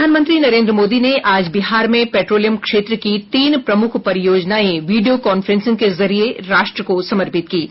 प्रधानमंत्री नरेन्द्र मोदी ने आज बिहार में पेट्रोलियम क्षेत्र की तीन प्रमुख परियोजनाएं वीडियो कॉन्फ्रेंसिंग के जरिए राष्ट्र को समर्पित कीं